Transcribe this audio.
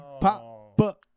pop